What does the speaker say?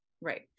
right